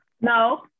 no